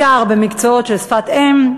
בעיקר במקצועות של שפת אם,